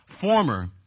former